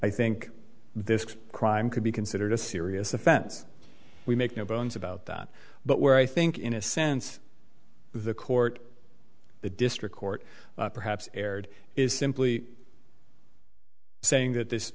i think this crime could be considered a serious offense we make no bones about that but where i think in a sense the court the district court perhaps erred is simply saying that this